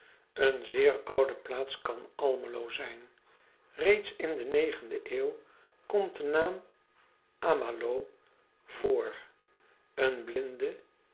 en zeer oude plaats kan lmelo zijn eeds in de de eeuw komt de naam m a l o h voor en blinde